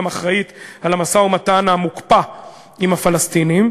אחראית למשא-ומתן המוקפא עם הפלסטינים,